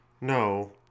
No